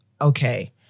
okay